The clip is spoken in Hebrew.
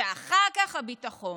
ואחר כך הביטחון.